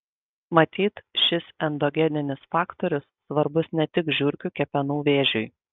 matyt šis endogeninis faktorius svarbus ne tik žiurkių kepenų vėžiui